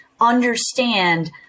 understand